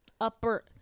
upper